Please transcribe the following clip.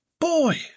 Boy